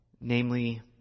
namely